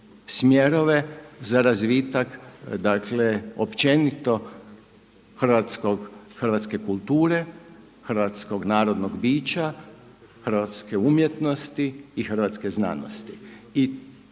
smjerove za razvitak dakle općenito hrvatske kulture, hrvatskog narodnog bića, hrvatske umjetnosti i hrvatske znanosti.